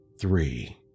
three